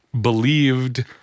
believed